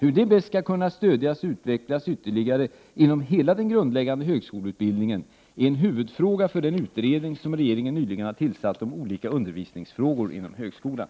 Hur detta bäst skall kunna stödjas och utvecklas ytterligare inom hela den grundläggande högskoleutbildningen är en huvudfråga för den utredning som regeringen nyligen har tillsatt om olika undervisningsfrågor inom högskolan.